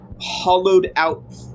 hollowed-out